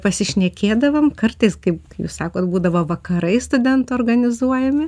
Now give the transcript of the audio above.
pasišnekėdavom kartais kaip jūs sakot būdavo vakarai studentų organizuojami